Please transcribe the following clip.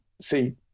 see